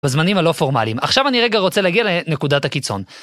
הזמנים הלא פורמליים עכשיו אני רגע רוצה להגיע לנקודת הקיצון.